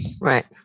Right